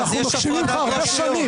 אנחנו מקשיבים לך הרבה שנים.